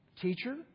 teacher